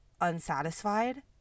unsatisfied